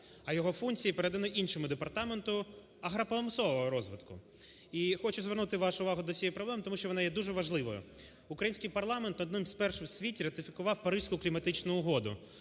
а його функції передано іншому департаменту - агропромислового розвитку. І хочу звернути вашу увагу до цієї проблеми, тому що вона є дуже важливою. Український парламент одним з перших в світі ратифікував Паризьку кліматичну угоду,